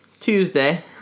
Tuesday